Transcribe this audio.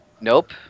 Nope